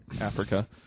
Africa